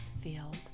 field